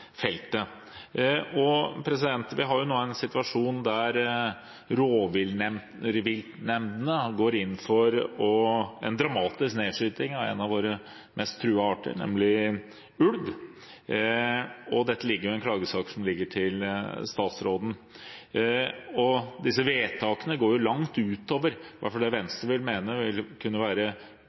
feltet. Vi har nå en situasjon hvor rovviltnemndene går inn for en dramatisk nedskyting av en av våre mest truede arter, nemlig ulven. Det ligger en klagesak om dette hos statsråden. Disse vedtakene går langt utover det som i hvert fall Venstre vil mene vil være